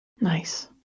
Nice